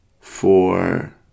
four